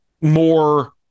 more